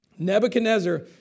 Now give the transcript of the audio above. Nebuchadnezzar